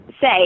say